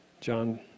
John